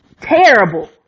terrible